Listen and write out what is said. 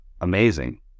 amazing